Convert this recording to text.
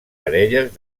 parelles